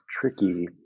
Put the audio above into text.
tricky